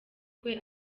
kwe